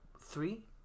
three